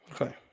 Okay